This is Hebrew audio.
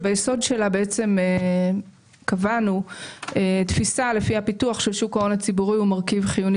ביסוד שלה קבענו תפיסה לפיה פיתוח של שוק ההון הציבורי הוא מרכיב חיוני